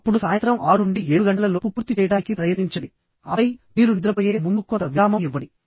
అప్పుడు సాయంత్రం 6 నుండి 7 గంటల లోపు పూర్తి చేయడానికి ప్రయత్నించండి ఆపై మీరు నిద్రపోయే ముందు కొంత విరామం ఇవ్వండి